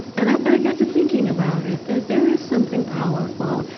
and but i got to thinking about it, that there is something powerful,